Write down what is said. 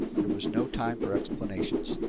there was no time for explanations.